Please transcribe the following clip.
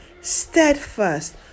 steadfast